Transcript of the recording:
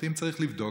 כלומר אם צריך לבדוק,